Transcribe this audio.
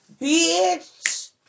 bitch